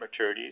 maturities